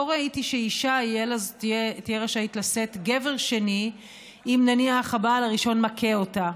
לא ראיתי שאישה תהיה רשאית לשאת גבר שני אם נניח הבעל הראשון מכה אותה,